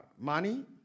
money